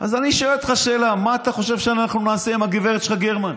אז אני שואל אותך שאלה: מה אתה חושב שאנחנו נעשה עם הגברת שלך גרמן?